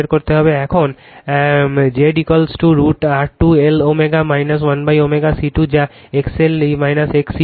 এখন এখন Z√R 2 Lω 1ω C 2 যা XL XC 2